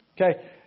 Okay